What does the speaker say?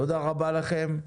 תודה רבה לכם.